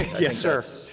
yes, sir.